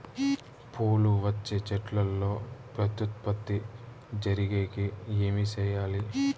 పూలు వచ్చే చెట్లల్లో ప్రత్యుత్పత్తి జరిగేకి ఏమి చేయాలి?